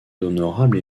honorable